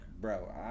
Bro